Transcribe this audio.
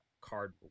card